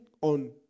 on